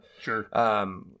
Sure